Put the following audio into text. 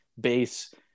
base